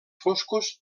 foscos